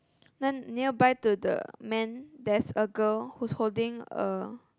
then nearby to the man there's a girl who's holding a